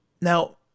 Now